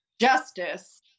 Justice